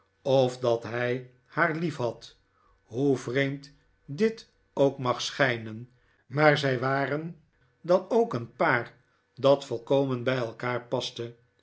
of dat hij haar liefhad hoe vreemd dit ook mag schijnen maar zij waren dan ook een paar dat volkomen bij elkaar paste